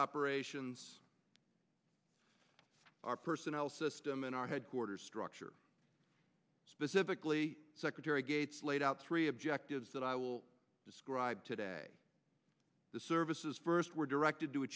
operations our personnel system and our headquarters structure specifically secretary gates laid out three objectives that i will describe today the services first were directed